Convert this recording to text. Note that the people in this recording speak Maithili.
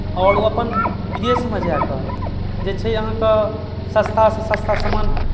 आओर ओ अपन विदेशमे जा कऽ जे छै अहाँकेँ सस्तासँ सस्ता सामान